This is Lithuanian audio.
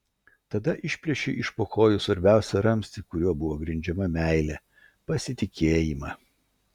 tada išplėšei iš po kojų svarbiausią ramstį kuriuo buvo grindžiama meilė pasitikėjimą